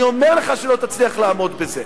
אני אומר לך שלא תצליח לעמוד בזה.